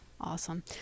Awesome